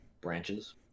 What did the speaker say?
branches